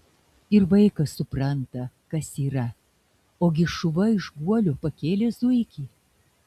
ir vaikas supranta kas yra ogi šuva iš guolio pakėlė zuikį